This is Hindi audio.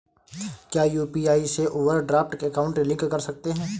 क्या यू.पी.आई से ओवरड्राफ्ट अकाउंट लिंक कर सकते हैं?